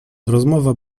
rozmowa